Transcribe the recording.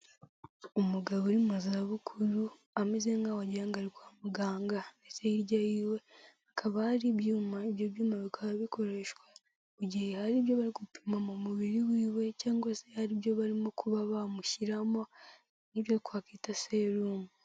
Umugabo uri mu zabukuru ameze nkaho wagira ngo ari kwa muganga ndetse hirya ye hakaba hari ibyuma, ibyo byuma bikaba bikoreshwa mu gihe hari ibyo bari gupima mu mubiri we cyangwa se hari ibyo barimo kuba bamushyiramo nk'ibyo twakita serumu.